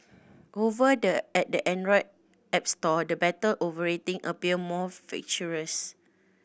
over the at the Android app store the battle over rating appear more ferocious